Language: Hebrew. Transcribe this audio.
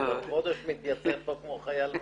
אני כבר חודש מתייצב פה כמו חייל.